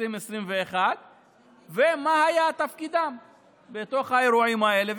2021 ומה היה תפקידם בתוך האירועים האלה.